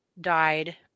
died